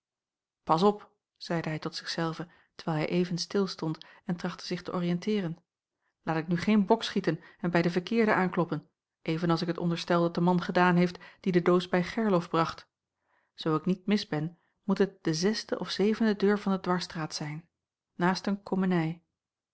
pas op zeide hij tot zich zelven terwijl hij even stilstond en trachtte zich te orienteeren laat ik nu geen bok schieten en bij den verkeerde aankloppen even als ik onderstel dat de man gedaan heeft die de doos bij gerlof bracht zoo ik niet mis ben moet het de zesde of zevende deur van de dwarsstraat zijn naast een